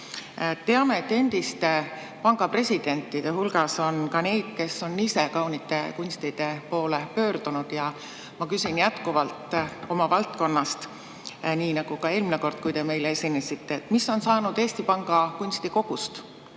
Teame, et endiste panga presidentide hulgas on ka neid, kes on ise kaunite kunstide poole pöördunud. Ma jätkuvalt küsin oma valdkonna kohta, nii nagu ka eelmine kord, kui te meile esinesite: mis on saanud Eesti Panga kunstikogust?